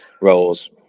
roles